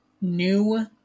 new